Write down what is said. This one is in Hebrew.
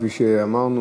כפי שאמרנו,